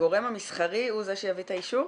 הגורם המסחרי הוא זה שיביא את האישור?